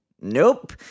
nope